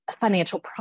financial